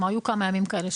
כלומר היו כמה ימים כאלה,